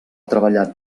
treballat